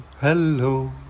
hello